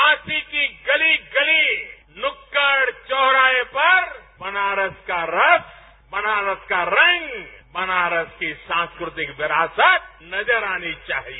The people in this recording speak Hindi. काशी की गली गली नुकड़ चौराहे पर बनारस का रस बनारस का रंग बनारस की सांस्कृतिक विरासत नजर आनी चाहिए